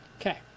okay